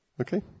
Okay